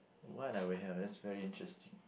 what I would have that's very interesting